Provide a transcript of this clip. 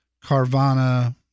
Carvana